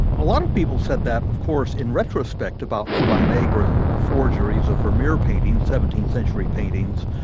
a lot of people said that of course in retrospect about the van meegeren forgeries of vermeer paintings, seventeenth century paintings,